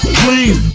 please